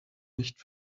nicht